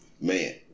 man